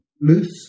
loose